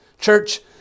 Church